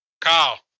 Kyle